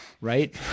Right